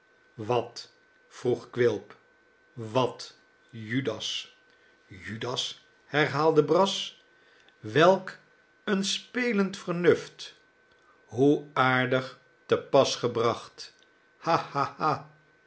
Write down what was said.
wat vroeg quilp wat judas judas herhaalde brass welk een spelend vernuft hoe aardig te pas gebracht ha